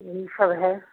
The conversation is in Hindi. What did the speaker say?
यही सब है